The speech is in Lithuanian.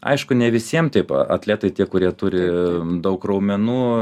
aišku ne visiem taip atletai tie kurie turi daug raumenų